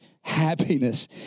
happiness